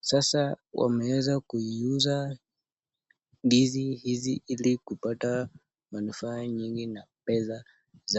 Sasa wameeza kuiuza ndizi hizi ili kupata manufaa nyingi na pesa za...